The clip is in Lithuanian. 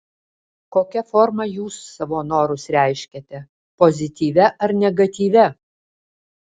kokia forma jūs savo norus reiškiate pozityvia ar negatyvia